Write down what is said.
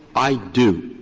i do.